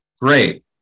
great